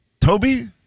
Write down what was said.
Toby